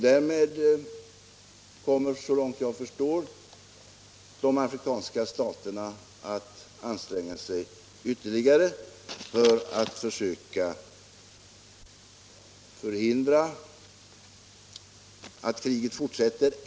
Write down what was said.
Därmed kommer, såvitt jag kan se, de afrikanska staterna att anstränga sig ytterligare för att försöka förhindra att kriget fortsätter.